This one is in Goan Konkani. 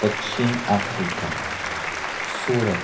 दक्षीण आफ्रिका सुरत